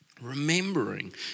Remembering